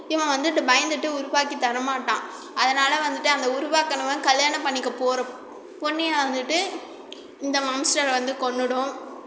இவன் வந்துவிட்டு பயந்துகிட்டு உருவாக்கி தரமாட்டான் அதனால் வந்துவிட்டு அந்த உருவாகனவன் கல்யாணம் பண்ணிக்க போகற பொண்ணையும் வந்துவிட்டு இந்த மான்ஸ்டர் வந்து கொன்றுடும்